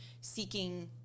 seeking